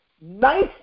nice